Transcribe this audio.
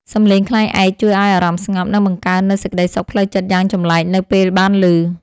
សំឡេងខ្លែងឯកជួយឱ្យអារម្មណ៍ស្ងប់ និងបង្កើននូវសេចក្ដីសុខផ្លូវចិត្តយ៉ាងចម្លែកនៅពេលបានឮ។